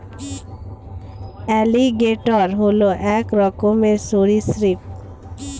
alligator হল এক রকমের সরীসৃপ